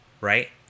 right